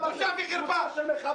בושה וחרפה.